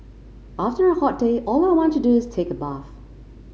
after a hot day all I want to do is take a bath